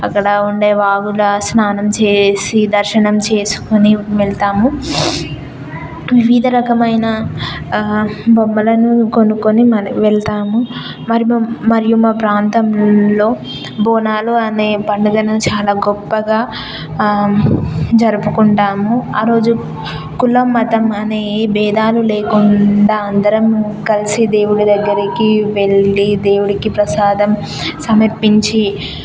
అక్కడ ఉండే వాగులో స్నానం చేసి దర్శనం చేసుకుని వెళ్తాము వివిధ రకమైన బొమ్మలను కొనుక్కొని మరి వెళ్తాము మరియు మరియు మా ప్రాంతంలో బోనాలు అనే పండుగను చాలా గొప్పగా జరుపుకుంటాము ఆ రోజు కులం మతం అనే ఏ భేదాలు లేకుండా అందరం కలిసి దేవుడి దగ్గరికి వెళ్ళి దేవుడికి ప్రసాదం సమర్పించి